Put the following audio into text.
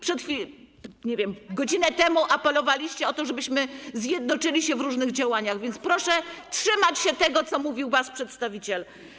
Przed chwilą, nie wiem, godzinę temu apelowaliście o to, żebyśmy zjednoczyli się w różnych działaniach, więc proszę, trzymajcie się tego, co mówił wasz przedstawiciel.